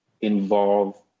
involve